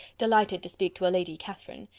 delighted to speak to lady catherine.